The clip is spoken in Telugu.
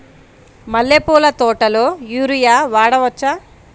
మల్లె పూల తోటలో యూరియా వాడవచ్చా?